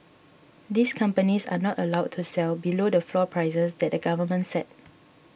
these companies are not allowed to sell below the floor prices that the government set